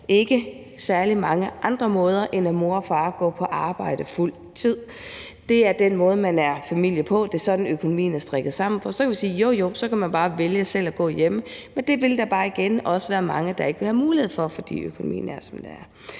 ikke særlig mange andre måder, end at mor og far går på arbejde fuld tid. Det er den måde, man er familie på. Det er sådan, økonomien er strikket sammen. Så kan vi sige, at man bare selv kan vælge at gå hjemme, men det vil der bare igen også være mange der ikke vil have mulighed for, fordi økonomien er, som den er.